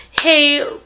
hey